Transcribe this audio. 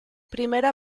primera